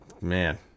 man